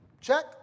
Check